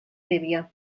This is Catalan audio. tèbia